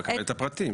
הוא מקבל את הפרטים.